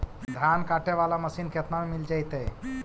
धान काटे वाला मशीन केतना में मिल जैतै?